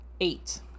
eight